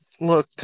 Look